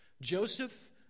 Joseph